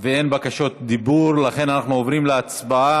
ואין בקשות דיבור, לכן אנחנו עוברים להצבעה.